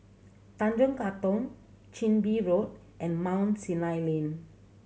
Tanjong Katong Chin Bee Road and Mount Sinai Lane